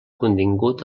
contingut